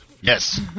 Yes